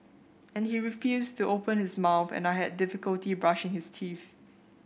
and he refused to open his mouth and I had difficulty brushing his teeth